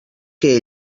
que